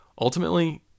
ultimately